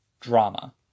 drama